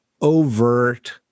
overt